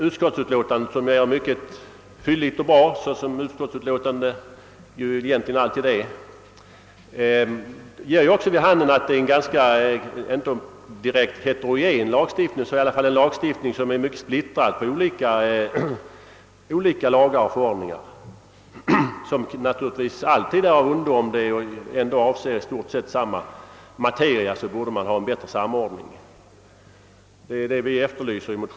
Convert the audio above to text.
Utskottsutlåtandet — fylligt och bra som utskottsutlåtanden alltid är — ger också vid handen att vi har en lagstiftning som är mycket splittrad på olika förordningar utan att man därför vill beteckna den som heterogen. Ett sådant förhållande är naturligtvis av ondo. Det borde finnas en bättre samordning av dessa lagar eftersom de avser samma sak.